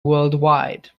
worldwide